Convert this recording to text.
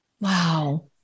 Wow